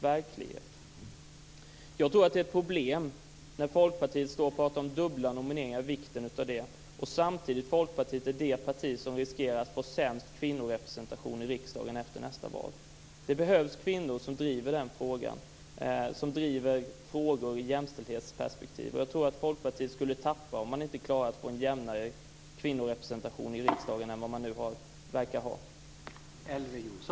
Jag tror att Folkpartiet har ett problem när man talar om vikten av dubbla nomineringar samtidigt som man är det parti som riskerar att efter nästa val få den sämsta kvinnorepresentationen i riksdagen. Det behövs kvinnor som driver frågor i jämställdhetsperspektiv, och jag tror att Folkpartiet skulle förlora på att inte få en jämnare kvinnorepresentation i riksdagen än vad man nu verkar få.